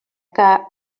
que